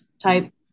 type